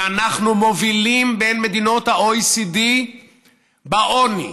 ואנחנו מובילים בין מדינות ה-OECD בעוני.